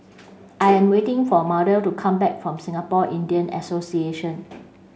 I am waiting for Mardell to come back from Singapore Indian Association